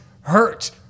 hurt